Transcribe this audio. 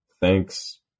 Thanks